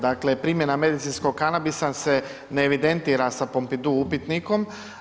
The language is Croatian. Dakle, primjena medicinskog kanabisa se ne evidentira sa pompidu upitnikom.